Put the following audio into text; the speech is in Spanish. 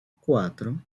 cuatro